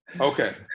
Okay